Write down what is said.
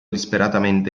disperatamente